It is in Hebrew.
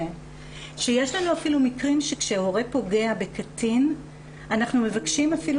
והוא שיש לנו מקרים שכשהורה פוגע בקטין אנחנו מבקשים אפילו